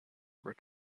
were